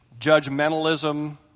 judgmentalism